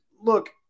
look